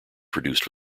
produced